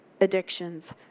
addictions